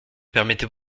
permettez